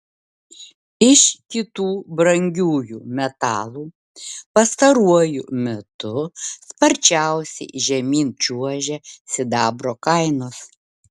iš kitų brangiųjų metalų pastaruoju metu sparčiausiai žemyn čiuožia sidabro kainos